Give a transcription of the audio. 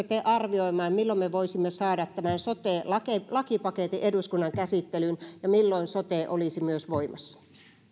te arvioimaan milloin me voisimme saada tämän sote lakipaketin eduskunnan käsittelyyn ja milloin sote olisi myös voimassa